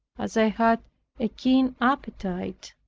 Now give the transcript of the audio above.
as i had a keen appetite.